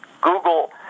Google